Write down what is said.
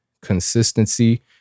consistency